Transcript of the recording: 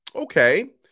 Okay